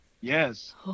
Yes